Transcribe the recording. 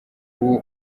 ubu